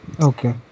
Okay